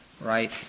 right